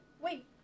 Wait